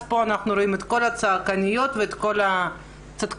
רואים פה את כל הצעקניות וכול הצדקניות.